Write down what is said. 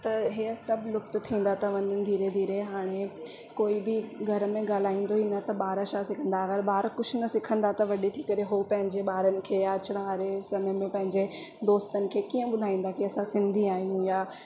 त हीअ सभु लुप्त थींदा था वञनि धीरे धीरे हाणे कोई बि घर में ॻाल्हाईंदो ई न त ॿार छा सिखंदा अगरि ॿार कुझु न सिखंदा त वॾे थी करे हो पंहिंजे ॿारनि खे या अचण वारे समय में पंहिंजे दोस्तनि खे कीअं ॿुधाईंदा की असां सिंधी आहियूं या